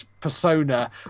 persona